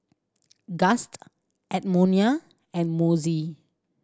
Gust Edmonia and Mossie